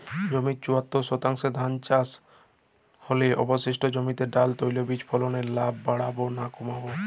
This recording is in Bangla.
জমির চুয়াত্তর শতাংশে ধান চাষ হলে অবশিষ্ট জমিতে ডাল তৈল বীজ ফলনে লাভ বাড়বে না কমবে?